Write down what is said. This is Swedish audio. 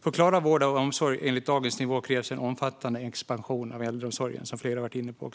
För att klara att hålla vård och omsorg på dagens nivå krävs en omfattande expansion av äldreomsorgen, vilket flera också har varit inne på.